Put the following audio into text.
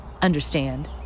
understand